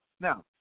Now